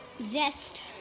Zest